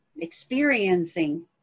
experiencing